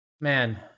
Man